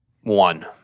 One